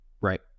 Right